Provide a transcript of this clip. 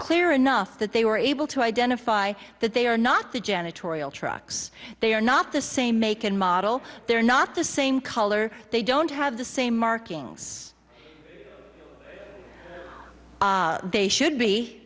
clear enough that they were able to identify that they are not the janitorial trucks they are not the same make and model they're not the same color they don't have the same markings they should be